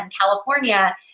California